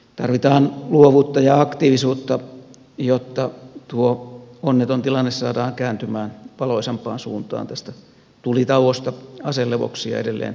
tarvitaan luovuutta ja aktiivisuutta jotta tuo onneton tilanne saadaan kääntymään valoisampaan suuntaan tästä tulitauosta aselevoksi ja edelleen rauhan rakentamiseen